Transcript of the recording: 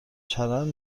چرند